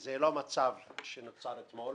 וזה לא מצב שנוצר אתמול